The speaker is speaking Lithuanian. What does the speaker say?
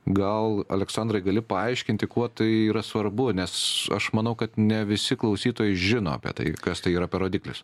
gal aleksandrai gali paaiškinti kuo tai yra svarbu nes aš manau kad ne visi klausytojai žino apie tai kas tai yra per rodiklis